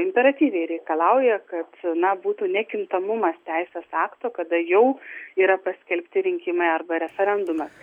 imperatyviai reikalauja kad na būtų nekintamumas teisės akto kada jau yra paskelbti rinkimai arba referendumas